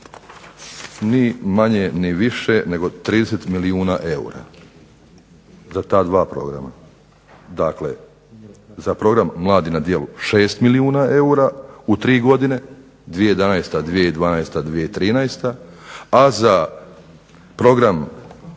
ni manje ni više nego 30 milijuna eura za ta 2 programa. Dakle, za Program mladi na djelu 6 milijuna eura u 3 godine, 2011., 2012., 2013., a za Program